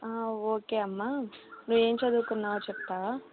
okay అమ్మ నువ్వు ఏం చదువుకున్నావో చెప్తావా